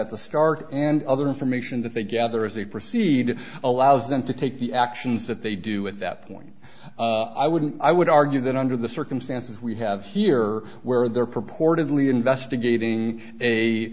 at the start and other information that they gather as they proceed allows them to take the actions that they do at that point i wouldn't i would argue that under the circumstances we have here where they're purportedly investigating a